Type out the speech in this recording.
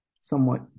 somewhat